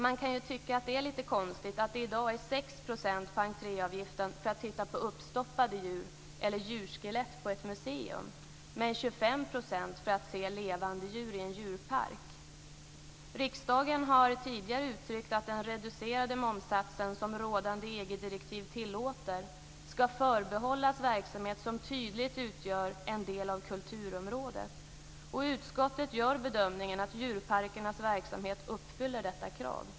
Man kan tycka att det är lite konstigt att det i dag är 6 % moms på entréavgiften för att titta på uppstoppade djur eller djurskelett på ett museum medan det är Riksdagen har tidigare uttryckt att den reducerade momssats som rådande EG-direktiv tillåter ska förbehållas verksamhet som tydligt utgör en del av kulturområdet. Utskottet gör bedömningen att djurparkernas verksamhet uppfyller detta krav.